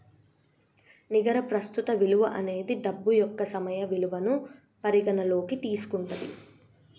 నికర ప్రస్తుత విలువ అనేది డబ్బు యొక్క సమయ విలువను పరిగణనలోకి తీసుకుంటది